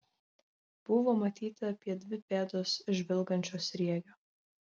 buvo matyti apie dvi pėdos žvilgančio sriegio